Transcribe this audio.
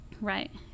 right